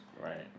Right